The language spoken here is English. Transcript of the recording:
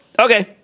Okay